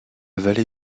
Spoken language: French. vallée